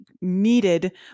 needed